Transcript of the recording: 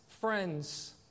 friends